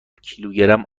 کیلوگرم